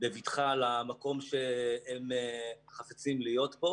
בבטחה למקום שהם חפצים להיות בו.